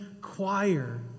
choir